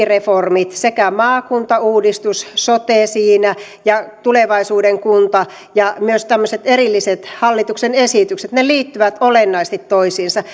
reformit sekä maakuntauudistus ja sote siinä että tulevaisuuden kunta ja myös tämmöiset erilliset hallituksen esitykset liittyvät olennaisesti toisiinsa